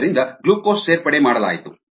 ಆದ್ದರಿಂದ ಗ್ಲೂಕೋಸ್ ಸೇರ್ಪಡೆ ಮಾಡಲಾಯಿತು